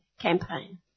Campaign